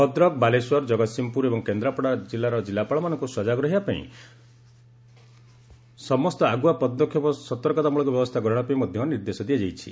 ଭଦ୍ରକ ବାଲେଶ୍ୱର କଗତ୍ସିଂହପୁର ଏବଂ କେନ୍ଦ୍ରାପଡ଼ାର ଜିଲ୍ଲାପାଳମାନଙ୍କୁ ସଜାଗ ରହିବା ସହ ସମସ୍ତ ଆଗୁଆ ସତର୍କତାମୃଳକ ବ୍ୟବସ୍ଥା ଗ୍ରହଣ ପାଇଁ ନିର୍ଦ୍ଦେଶ ଦିଆଯାଇଛି